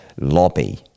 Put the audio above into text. lobby